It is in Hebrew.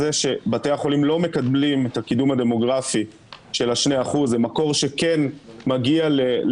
לגבי התאגידים נדבר כאשר נגיע לזה.